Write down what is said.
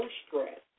stress